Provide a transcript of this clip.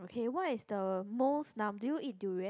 okay what is the most num~ do you eat durian